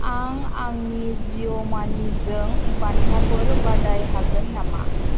आं आंनि जिअ' मानिजों बान्थाफोर बादाय हागोन नामा